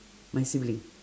my sibling